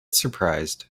surprised